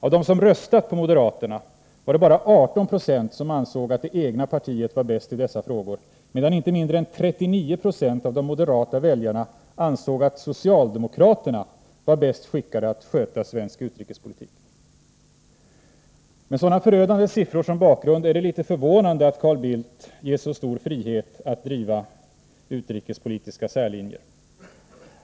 Av dem som röstat på moderaterna var det bara 18 96 som ansåg att det egna partiet var bäst i dessa frågor, medan inte mindre än 39 96 av de moderata väljarna ansåg att socialdemokraterna var bäst skickade att sköta svensk utrikespolitik. Med sådana förödande siffror som bakgrund är det litet förvånande att Carl Bildt ges så stor frihet att driva utrikespolitiska särlinjer.